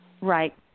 Right